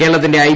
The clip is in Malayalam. കേരളത്തിന്റെ ഐ